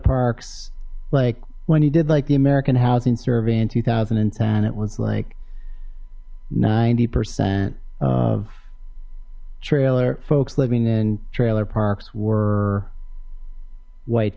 parks like when he did like the american housing survey in two thousand and ten it was like ninety percent of trailer folks living in trailer parks were white